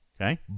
Okay